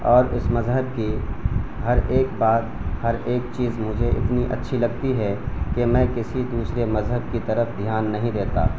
اور اس مذہب کی ہر ایک بات ہر ایک چیز مجھے اتنی اچھی لگتی ہے کہ میں کسی دوسرے مذہب کی طرف دھیان نہیں دیتا